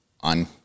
on